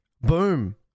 boom